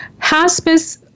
hospice-